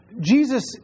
Jesus